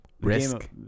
Risk